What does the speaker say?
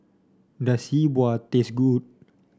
does Yi Bua taste good